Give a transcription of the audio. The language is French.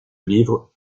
livre